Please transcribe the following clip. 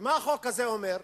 מה החוק הזה אומר?